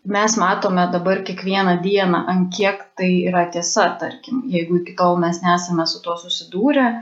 mes matome dabar kiekvieną dieną ant kiek tai yra tiesa tarkim jeigu iki tol mes nesame su tuo susidūrę